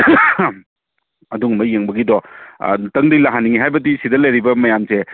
ꯑꯗꯨꯝꯕ ꯌꯦꯡꯕꯒꯤꯗꯣ ꯑꯃꯨꯛꯇꯪꯗꯤ ꯂꯥꯛꯍꯟꯅꯤꯡꯉꯦ ꯍꯥꯏꯕꯗꯤ ꯁꯤꯗ ꯂꯩꯔꯤꯕ ꯃꯌꯥꯝꯁꯦ